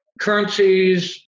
currencies